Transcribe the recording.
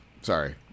Sorry